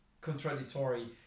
contradictory